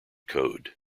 code